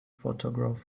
photograph